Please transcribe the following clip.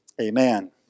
amen